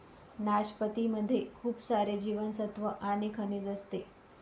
नाशपती मध्ये खूप सारे जीवनसत्त्व आणि खनिज असते